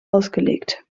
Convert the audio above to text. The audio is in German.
ausgelegt